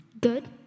Good